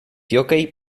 jockey